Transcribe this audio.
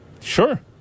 Sure